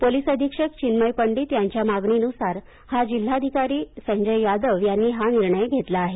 police अधीक्षक चिन्मय पंडीत यांच्या मागणीनुसार हा जिल्हाधिकारी संयज यादव यांनी हा निर्णय घेतला आहे